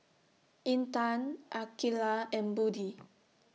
Intan Aqeelah and Budi